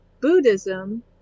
Buddhism